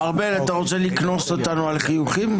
ארבל, אתה רוצה לקנוס אותנו על חיוכים?